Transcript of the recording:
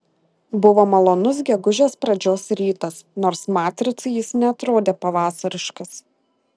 buvo malonus gegužės pradžios rytas nors matricai jis neatrodė pavasariškas